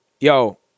yo